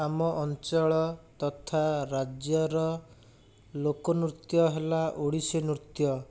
ଆମ ଅଞ୍ଚଳ ତଥା ରାଜ୍ୟର ଲୋକନୃତ୍ୟ ହେଲା ଓଡ଼ିଶୀ ନୃତ୍ୟ